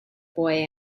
boy